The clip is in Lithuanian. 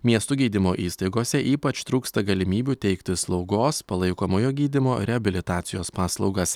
miestų gydymo įstaigose ypač trūksta galimybių teikti slaugos palaikomojo gydymo reabilitacijos paslaugas